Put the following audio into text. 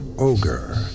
Ogre